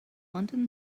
london